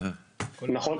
נכון.